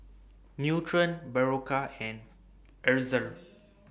Nutren Berocca and Ezerra